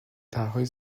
طرحهای